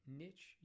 niche